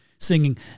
Singing